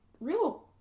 real